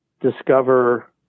discover